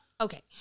Okay